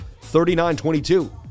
39.22